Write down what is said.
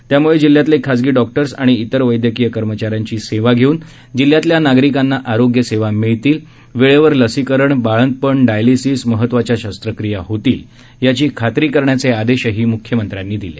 त्यामुळे जिल्ह्यातले खासगी डॉक्टर्स व इतर वैद्यकीय कर्मचाऱ्यांची सेवा घेऊन जिल्ह्यातल्या नागरिकांना आरोग्य सेवा मिळतील वेळेवर लसीकरण बाळंतपण डायलेसीस महत्वाच्या शस्त्रक्रिया होतील याची खात्री करण्याचे आदेशही मुख्यमंत्र्यांनी दिले